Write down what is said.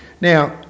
Now